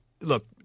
look